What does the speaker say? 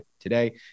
today